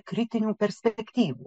kritinių perspektyvų